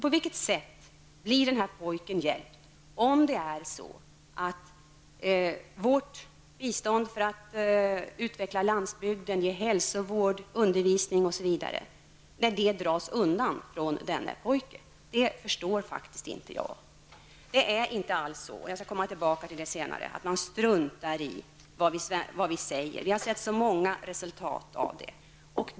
På vilket sätt får den här pojken hjälp om vårt bistånd för att utveckla landsbygden, ge hälsovård, undervisning osv. dras in. Det är inte alls så -- jag skall återkomma till det senare att man struntar i vad vi säger. På det har vi sett många bevis på.